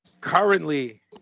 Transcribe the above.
Currently